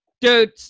Dude